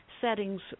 settings